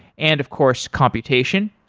and of course, computation.